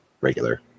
regular